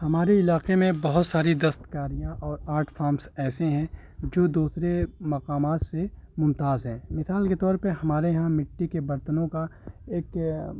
ہمارے علاقے میں بہت ساری دستکاریاں اور آرٹ فامس ایسے ہیں جو دوسرے مقامات سے ممتاز ہیں مثال کے طور پہ ہمارے یہاں مٹی کے برتنوں کا ایک